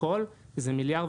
הכול זה מיליארד,